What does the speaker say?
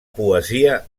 poesia